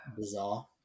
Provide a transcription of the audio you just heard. bizarre